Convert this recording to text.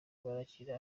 barakina